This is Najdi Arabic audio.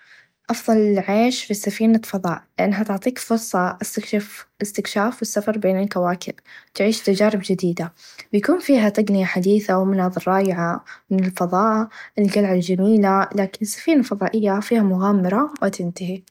أفظل العيش في سفينه فظاء لأنها تعطيك فرصه إستكشاف والسفر بين الكواكب و تعيش تچارب چديده بيكون فيها تقنيه حديثه و مناظر رائعه من الفظاء القلعه چميله لاكن السفينه الفظائيه فيها مغامره ما تنتهي.